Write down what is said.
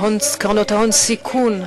קרנות ההון-סיכון,